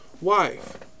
wife